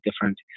different